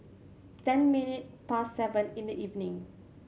ten minutes past seven in the evening